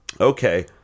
Okay